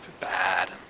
Bad